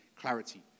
clarity